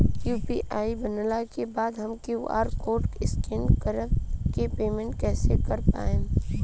UPI बनला के बाद हम क्यू.आर कोड स्कैन कर के पेमेंट कइसे कर पाएम?